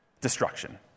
destruction